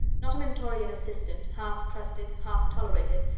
not a mentorian assistant, half-trusted, half-tolerated,